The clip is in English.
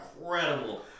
incredible